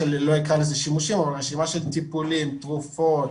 טיפולים, תרופות,